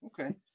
okay